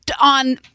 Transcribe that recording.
on